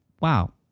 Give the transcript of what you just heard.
Wow